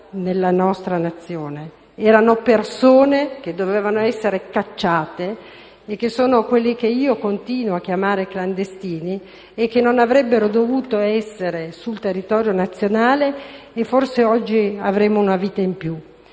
nel nostro Paese. Erano persone che dovevano essere cacciate, che io continuo a chiamare clandestini e che non avrebbero dovuto trovarsi sul territorio nazionale e forse oggi avremmo una vita in più.